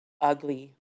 ugly